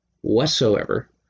whatsoever